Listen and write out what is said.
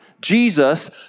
Jesus